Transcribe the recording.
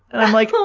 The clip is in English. and i'm like,